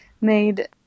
made